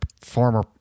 former